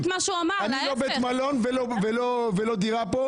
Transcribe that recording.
אני לא בבית מלון ולא בדירה כאן.